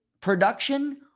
production